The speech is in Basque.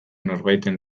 norbaiten